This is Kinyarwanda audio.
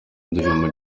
indirimbo